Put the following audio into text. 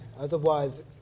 Otherwise